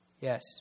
Yes